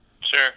Sure